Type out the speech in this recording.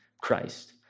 Christ